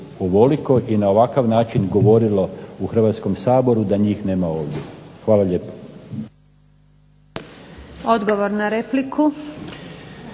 i na ovakav način govorilo u Hrvatskom saboru da njih nema ovdje. Hvala lijepo.